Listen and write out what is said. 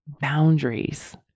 boundaries